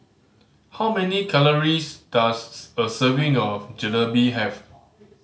how many calories does a serving of Jalebi have